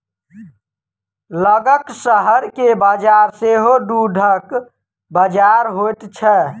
लगक शहर के बजार सेहो दूधक बजार होइत छै